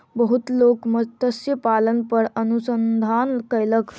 बहुत लोक मत्स्य पालन पर अनुसंधान कयलक